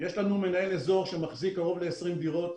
יש לנו מנהל אזור שמחזיק קרוב ל-20 דירות,